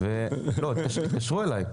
התקשרו אלי.